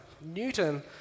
Newton